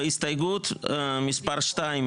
בהסתייגות מספר 2,